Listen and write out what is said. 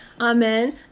amen